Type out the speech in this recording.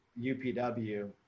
UPW